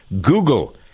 Google